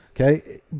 Okay